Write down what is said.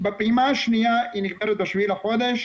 בפעימה השניה היא נגמרת ב-7 לחודש,